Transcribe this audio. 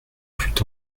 fut